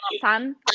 sun